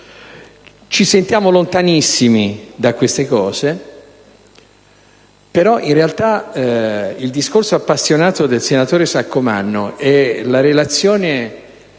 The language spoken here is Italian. ci sentiamo lontanissimi da queste cose, però il discorso appassionato del senatore Saccomanno e la relazione